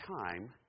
time